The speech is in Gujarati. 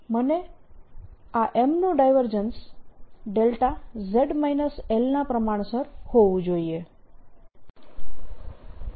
અને આ M નું ડાયવર્જન્સ δz L ના પ્રમાણસર હોવું જોઈએ